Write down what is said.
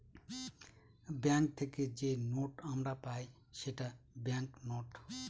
bank থেকে যে note আমরা পাই সেটা ব্যাঙ্ক নোট